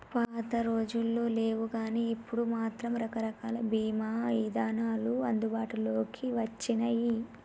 పాతరోజుల్లో లేవుగానీ ఇప్పుడు మాత్రం రకరకాల బీమా ఇదానాలు అందుబాటులోకి వచ్చినియ్యి